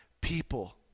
people